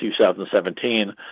2017